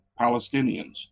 Palestinians